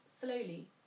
slowly